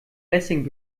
lessing